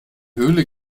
höhle